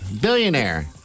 Billionaire